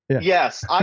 Yes